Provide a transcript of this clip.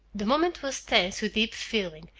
the moment was tense with deep feeling,